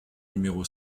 numéro